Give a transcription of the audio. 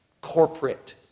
corporate